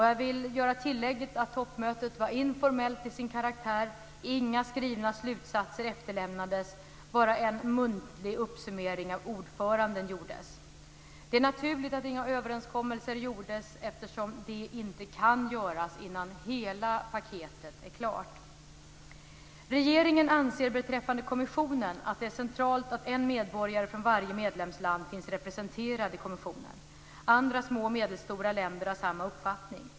Jag vill tillägga att toppmötet var informellt till sin karaktär. Inga skrivna slutsatser efterlämnades. Bara en muntlig uppsummering av ordföranden gjordes. Det är naturligt att inga överenskommelser gjordes eftersom det inte kan göras innan hela paketet är klart. Regeringen anser beträffande kommissionen att det är centralt att en medborgare från varje medlemsland finns representerad i kommissionen. Andra små och medelstora länder har samma uppfattning.